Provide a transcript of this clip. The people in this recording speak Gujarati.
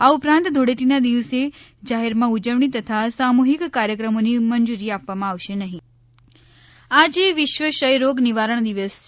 આ ઉપરાંત ધૂળેટીના દિવસે જાહેરમાં ઉજવણી તથા સામૂહિક કાર્યકર્મોને મંજૂરી આપવામાં આવશે નહીં વિશ્વ ક્ષય રોગ દિવસ આજે વિશ્વ ક્ષયરોગ નિવારણ દિવસ છે